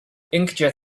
inkjet